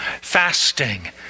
fasting